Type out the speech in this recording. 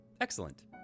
Excellent